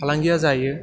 फालांगिया जायो